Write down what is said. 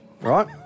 right